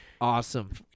Awesome